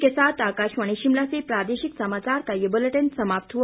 इसी के साथ आकाशवाणी शिमला से प्रादेशिक समाचार का ये बुलेटिन समाप्त हुआ